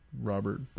Robert